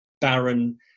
barren